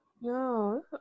No